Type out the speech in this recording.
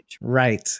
Right